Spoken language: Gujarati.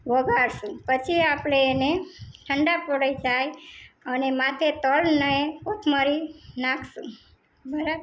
વઘારીશું પછી આપણે એને ઠંડા પડી જાય અને માથે તલને કોથમરી નાખીશું બર